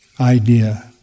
idea